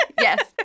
Yes